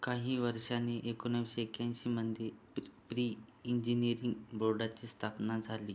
काही वर्षांनी एकोणाविसशे एक्याऐंशीमध्ये प्री इंजिनीअरिंग बोर्डाची स्थापना झाली